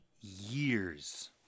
years